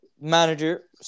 manager